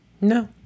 No